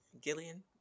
Gillian